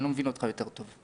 אני לא מבין אותך יותר טוב.